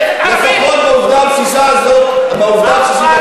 לפחות את זה, לפחות בעובדה הבסיסית הזאת תודה.